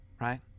right